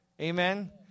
Amen